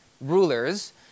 rulers